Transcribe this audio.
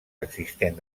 existent